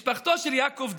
משפחתו של יעקב דון,